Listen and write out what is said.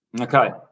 Okay